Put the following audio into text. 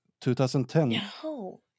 2010